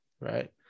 right